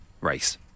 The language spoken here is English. Race